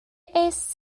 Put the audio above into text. est